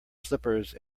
slippers